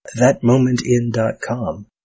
thatmomentin.com